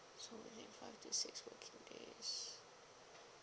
so it takes five to six working days